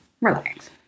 relax